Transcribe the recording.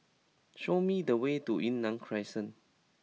show me the way to Yunnan Crescent